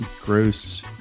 gross